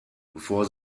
bevor